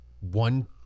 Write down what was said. one